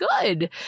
good